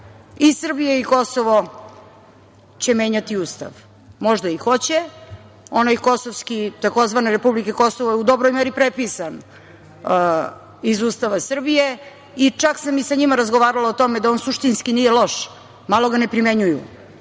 i Srbija i Kosovo će menjati Ustav. Možda i hoće. Onaj tzv. republike Kosovo je u dobroj meri prepisan iz Ustava Srbije i čak sam i sa njima razgovarala o tome da on suštinski nije loš. Malo ga ne primenjuju,